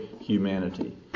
humanity